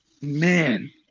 man